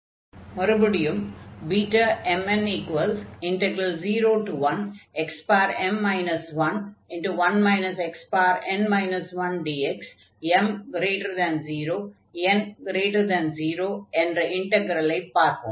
மறுபடியும் முதலில் எடுத்துக் கொண்ட Bmn01xm 11 xn 1dx m0n0 என்ற இன்டக்ரலை பார்ப்போம்